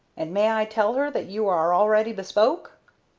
and may i tell her that you are already bespoke?